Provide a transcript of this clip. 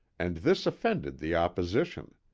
and this offended the opposition.